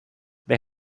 they